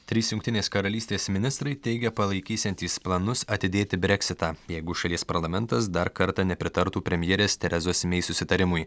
trys jungtinės karalystės ministrai teigia palaikysiantys planus atidėti breksitą jeigu šalies parlamentas dar kartą nepritartų premjerės terezos mei susitarimui